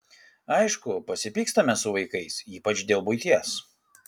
aišku pasipykstame su vaikais ypač dėl buities